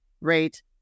rate